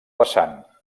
vessant